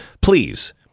Please